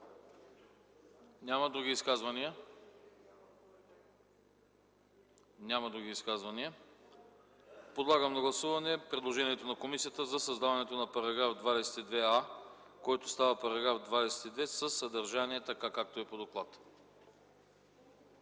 Няма. Други изказвания? Няма други изказвания. Подлагам на гласуване предложението на комисията за създаването на § 22а, който става § 22, със съдържанието, както е по доклад.